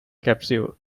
capsule